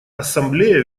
ассамблея